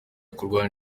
kurwanya